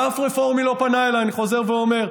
אף רפורמי לא פנה אליי, אני חוזר ואומר.